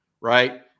right